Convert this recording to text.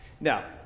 Now